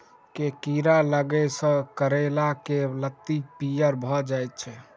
केँ कीड़ा लागै सऽ करैला केँ लत्ती पीयर भऽ जाय छै?